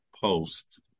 Post